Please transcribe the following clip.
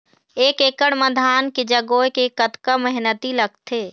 एक एकड़ म धान के जगोए के कतका मेहनती लगथे?